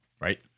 right